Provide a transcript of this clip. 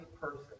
person